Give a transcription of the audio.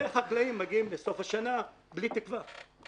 והחקלאים מגיעים לסוף השנה בלי תקווה.